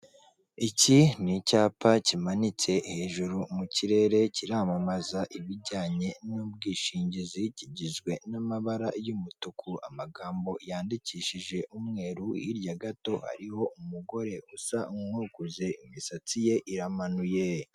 Iki ni icyapa kimanitse hejuru mu kirere, kiramamaza ibijyanye n'ubwishingizi, kigizwe n'amabara y'umutuku, amagambo yandikishije umweru, hirya gato hariho umugore usa nk'ukuze, imisatsi ye iramanuye.